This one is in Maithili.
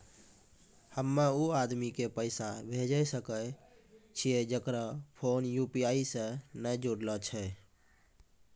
हम्मय उ आदमी के पैसा भेजै सकय छियै जेकरो फोन यु.पी.आई से नैय जूरलो छै?